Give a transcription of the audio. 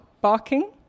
barking